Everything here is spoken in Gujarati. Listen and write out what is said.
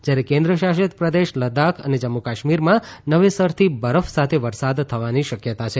જયારે કેન્દ્ર શાસિત પ્રદેશ લદાખ અને જમ્મુ કાશ્મીરમાં નવેસરથી બરફ સાથે વરસાદ થવાની શકયતા છે